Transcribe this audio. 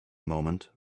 moment